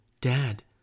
Dad